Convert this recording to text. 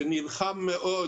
שנלחם מאוד